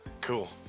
Cool